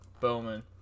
Bowman